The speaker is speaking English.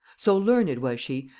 so learned was she,